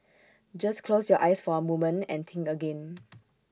just close your eyes for A moment and think again